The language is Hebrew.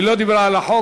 היא לא דיברה על החוק.